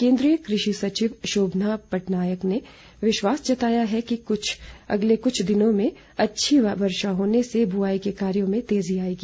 केंद्रीय कृषि सचिव शोभना पटनायक ने विश्वास बताया कि अगले कृछ दिनों में अच्छी वर्षा होने से बुआई के कार्यों में तेजी आएगी